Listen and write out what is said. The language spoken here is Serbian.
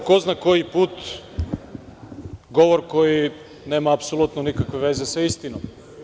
Po ko zna koji put govor koji nema apsolutno nikakve veze sa istinom.